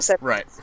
right